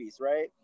right